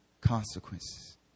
consequences